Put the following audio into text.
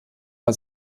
war